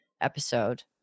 episode